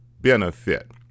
benefit